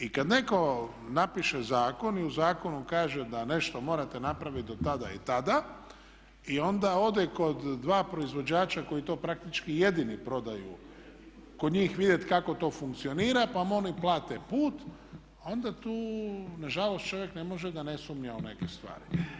I kad netko napiše zakon i u zakonu kaže da nešto morate napraviti do tada i tada i onda ode kod dva proizvođača koji to praktički jedini prodaju kod njih vidjeti kako to funkcionira pa vam oni plate put onda tu nažalost čovjek ne može da ne sumnja u neke stvari.